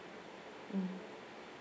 mm